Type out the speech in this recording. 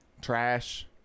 Trash